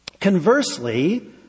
Conversely